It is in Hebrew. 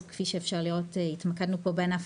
אז כפי שאפשר לראות התמקדנו פה בענף